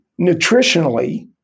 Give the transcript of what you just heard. nutritionally